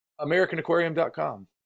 AmericanAquarium.com